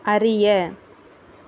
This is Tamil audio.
அறிய